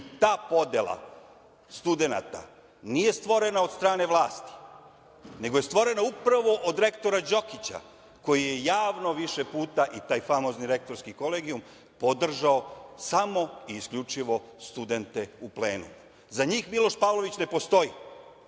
Ta podela studenata nije stvorena od strane vlasti nego je stvorena upravo od rektora Đokića koji je javno više puta, i taj famozni rektorski kolegijum, podržao samo i isključivo studente u plenumu.Za njih Miloš Pavlović ne postoji